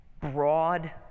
broad